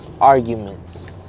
arguments